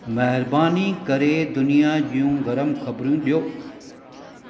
महिरबानी करे दुनिया जूं गर्म ख़बरूं ॾियो